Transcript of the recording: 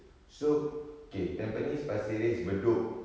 so okay tampines pasir ris bedok